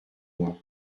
moi